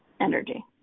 energy